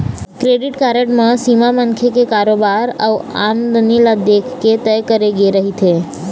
credit card म सीमा मनखे के कारोबार अउ आमदनी ल देखके तय करे गे रहिथे